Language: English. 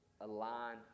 align